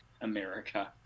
America